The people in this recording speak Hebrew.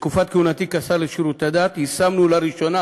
בתקופת כהונתי כשר לשירותי הדת יישמנו לראשונה